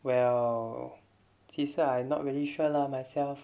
well 其实 I not really sure lah myself